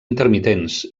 intermitents